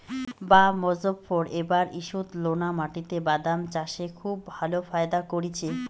বাঃ মোজফ্ফর এবার ঈষৎলোনা মাটিতে বাদাম চাষে খুব ভালো ফায়দা করেছে